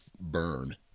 burn